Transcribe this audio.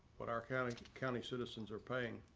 what our county county citizens are paying